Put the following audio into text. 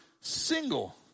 single